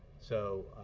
so